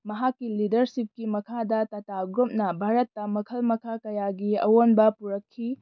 ꯃꯍꯥꯛꯀꯤ ꯂꯤꯗꯔꯁꯤꯞꯀꯤ ꯃꯈꯥꯗ ꯇꯇꯥ ꯒ꯭ꯔꯨꯞꯅ ꯚꯥꯔꯠꯇ ꯃꯈꯜ ꯃꯈꯥ ꯀꯌꯥꯒꯤ ꯑꯑꯣꯟꯕ ꯄꯨꯔꯛꯈꯤ